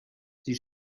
sie